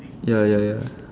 ya ya ya